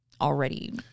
already